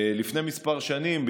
לפני כמה שנים,